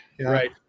Right